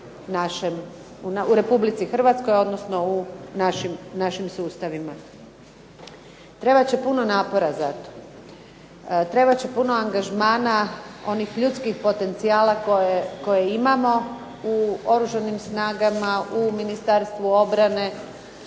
u Republici Hrvatskoj, odnosno u našim sustavima. Trebat će puno napora za to. Trebat će puno angažmana, onih ljudskih potencijala koje imamo u oružanim snagama, u Ministarstvu obrane